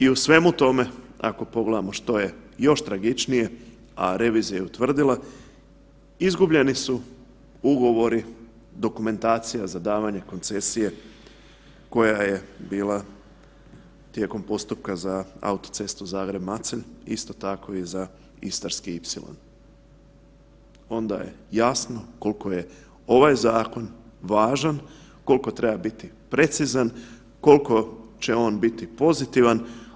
I u svemu tome ako pogledamo što je još tragičnije, revizija je utvrdila, izgubljeni su ugovori dokumentacija za davanje koncesije koja je bila tijekom postupka za autocestu Zagreb-Macelj isto tako i za Istarski ipsilon, onda je jasno koliko je ovaj zakon važan, koliko treba biti precizan, koliko će on biti pozitivan.